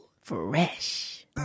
fresh